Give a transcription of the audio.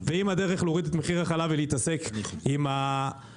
ואם הדרך להוריד את מחיר החלב היא להתעסק עם התבואה